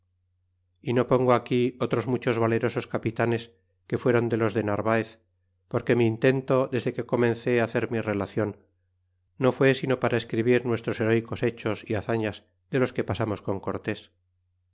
oro no pongo aquí otros muchos valerosos capitanes que fueron de los de narvaez porque mi intento desde que comencé á hacer mi relacion no fue sino para escribir nuestros herecos hechos é hazañas de los que pasamos con cortés